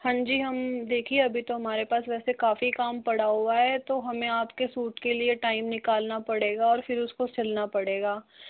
हाँ जी हम देखिये अभी तो हमारे पास वैसे काफ़ी काम पड़ा हुआ है तो हमें आपके सूट के लिए टाइम निकालना पड़ेगा और फिर उसको सिलना पड़ेगा